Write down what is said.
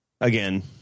again